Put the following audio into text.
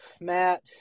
Matt